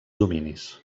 dominis